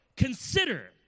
Consider